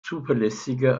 zuverlässiger